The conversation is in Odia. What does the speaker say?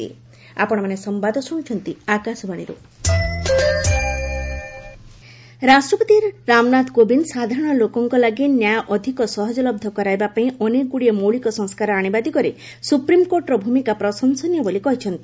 ପ୍ରେସିଡେଣ୍ଟ ଜୁଡିସିଆଲ କନ୍ଫରେନ୍ନ ରାଷ୍ଟ୍ରପତି ରାମନାଥ କୋବିନ୍ଦ ସାଧାରଣ ଲୋକଙ୍କୁ ଲାଗି ନ୍ୟାୟ ଅଧିକ ସହଜ ଲବ୍ଧ କରାଇବା ପାଇଁ ଅନେକଗୁଡିଏ ମୌଳିକ ସଂସ୍କାର ଆଣିବା ଦିଗରେ ସୁପ୍ରିମକୋର୍ଟର ଭୂମିକା ପ୍ରଶଂସନୀୟ ବୋଲି କହିଛନ୍ତି